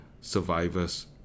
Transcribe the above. survivors